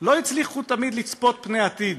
לא הצליחו תמיד לצפות פני עתיד,